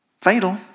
fatal